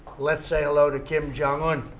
let's say hello to kim jong un.